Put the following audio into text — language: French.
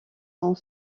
sont